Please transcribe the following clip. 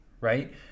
right